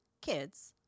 kids